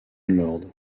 lord